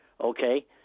Okay